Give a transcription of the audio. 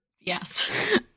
Yes